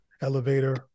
elevator